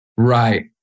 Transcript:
Right